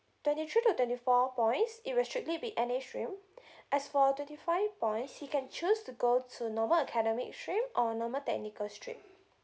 twenty three to twenty four points it will strictly be N_A stream as for twenty five points he can choose to go to normal academic stream or normal technical stream